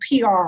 PR